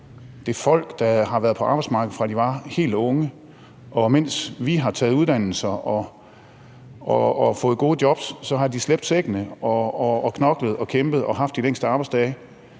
Det er folk, der har været på arbejdsmarkedet, fra de var helt unge, og mens vi har taget uddannelser og fået gode jobs, har de slæbt sækkene og knoklet og kæmpet og haft de længste arbejdsdage